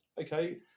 okay